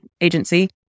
agency